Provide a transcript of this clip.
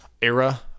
era